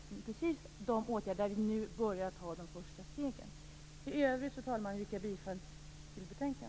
Det är precis de åtgärder som vi nu tar de första stegen till. Fru talman! I övrigt yrkar jag bifall till utskottets hemställan.